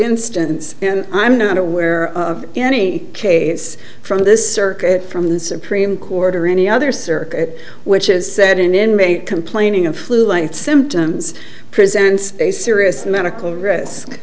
instance and i'm not aware of any case from this circuit from the supreme court or any other circuit which is said an inmate complaining of flu like symptoms presents a serious medical risk